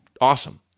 awesome